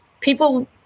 people